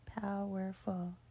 Powerful